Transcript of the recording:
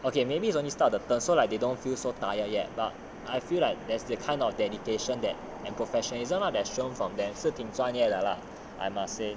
okay maybe is only start of the term so like they don't feel so tired yet but I feel like there's the kind of dedication that and professionalism ah that is shown from them so 挺专业的 lah I must say